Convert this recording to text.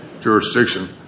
jurisdiction